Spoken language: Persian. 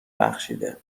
بخشیده